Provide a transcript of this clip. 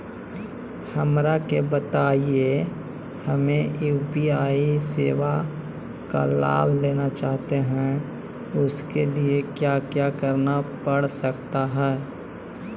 हमरा के बताइए हमें यू.पी.आई सेवा का लाभ लेना चाहते हैं उसके लिए क्या क्या करना पड़ सकता है?